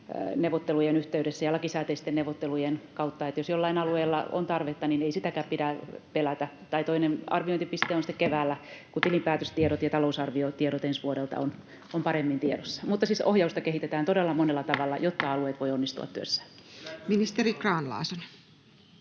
neuvottelujen yhteydessä ja lakisääteisten neuvottelujen kautta. Jos jollain alueella on tarvetta, niin ei sitäkään pidä pelätä. Toinen arviointipiste on sitten keväällä, kun tilinpäätöstiedot ja talousarviotiedot ensi vuodelta ovat paremmin tiedossa. Mutta siis ohjausta kehitetään todella monella tavalla jotta alueet voivat onnistua työssään.